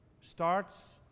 Starts